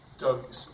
Doug